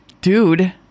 Dude